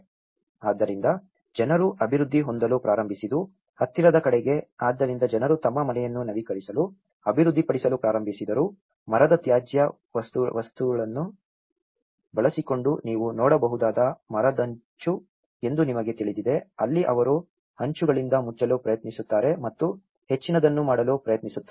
ಆದ್ದರಿಂದ ಜನರು ಅಭಿವೃದ್ಧಿ ಹೊಂದಲು ಪ್ರಾರಂಭಿಸಿದ್ದು ಹತ್ತಿರದ ಕಡೆಗೆ ಆದ್ದರಿಂದ ಜನರು ತಮ್ಮ ಮನೆಯನ್ನು ನವೀಕರಿಸಲು ಅಭಿವೃದ್ಧಿಪಡಿಸಲು ಪ್ರಾರಂಭಿಸಿದರು ಮರದ ತ್ಯಾಜ್ಯ ವಸ್ತುಳನ್ನು ಬಳಸಿಕೊಂಡು ನೀವು ನೋಡಬಹುದಾದ ಮರದಹಂಚು ಎಂದು ನಿಮಗೆ ತಿಳಿದಿದೆ ಅಲ್ಲಿ ಅವರು ಹಂಚುಗಳಿಂದ ಮುಚ್ಚಲು ಪ್ರಯತ್ನಿಸುತ್ತಾರೆ ಮತ್ತು ಹೆಚ್ಚಿನದನ್ನು ಮಾಡಲು ಪ್ರಯತ್ನಿಸುತ್ತಾರೆ